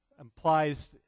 implies